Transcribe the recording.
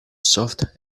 soft